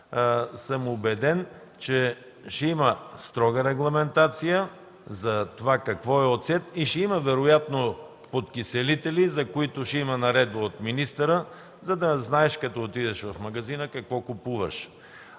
съм убеден, че ще има строга регламентация за това какво е оцет и вероятно ще има подкиселители, за които ще има наредба от министъра, за да знаеш когато отидеш в магазина какво купуваш.